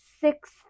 six